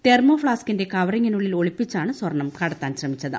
thermo ഫ്ളാസ്കിന്റെ കവറിങ്ങിനുള്ളിൽ ഒളിപ്പിച്ചാണ് സ്വർണം കടത്താൻ ശ്രമിച്ചത്